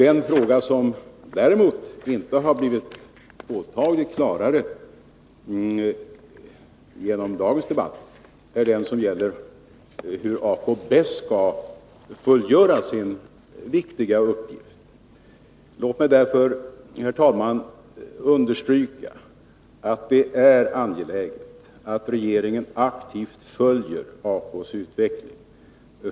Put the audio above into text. En fråga som däremot inte blivit påtagligt klarare genom dagens debatt är den som gäller hur ACO bäst skall fullgöra sin viktiga uppgift. Låt mig därför, herr talman, understryka att det är angeläget att regeringen aktivt följer ACO:s utveckling.